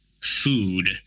food